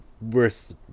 worth